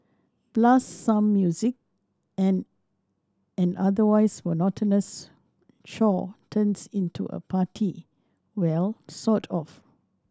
blast some music and an otherwise monotonous chore turns into a party well sort of